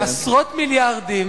יש עשרות מיליארדים,